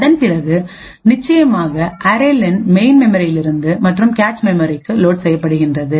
அதன் பிறகு நிச்சயமாக அரே லென்array len மெயின் மெமரியிலிருந்து மற்றும் கேச் மெமரிக்கு லோட் செய்யப்படும்